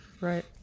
Right